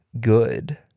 good